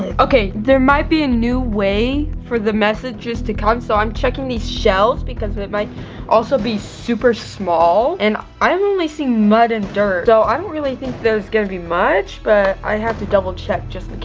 okay, there might be a new way for the messages to come, so i'm checking these shells, because it might also be super small. and i've only seen mud and dirt. so i don't really think there's gonna be much, but i have to double check just